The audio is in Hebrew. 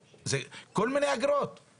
יש דברים חשובים מאוד שהם צריכים לעשות,